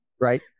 right